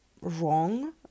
wrong